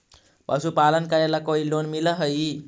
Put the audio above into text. पशुपालन करेला कोई लोन मिल हइ?